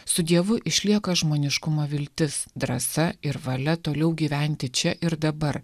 su dievu išlieka žmoniškumo viltis drąsa ir valia toliau gyventi čia ir dabar